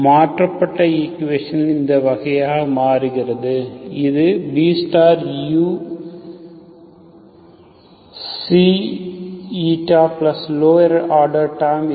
மாற்றப்பட்ட ஈக்குவேஷன் இந்த வகையாக மாறுகிறது இது Buξηlower order terms0